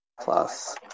plus